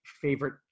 favorite